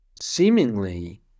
seemingly